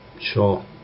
Sure